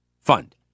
fund